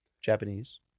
Japanese